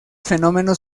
fenómenos